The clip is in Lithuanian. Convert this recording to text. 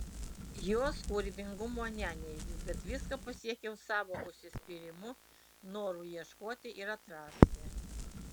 jos kūrybingumo neneigiu bet viską pasiekiau savo užsispyrimu noru ieškoti ir atrasti